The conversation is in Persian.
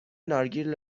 نارگیل